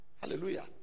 hallelujah